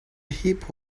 heap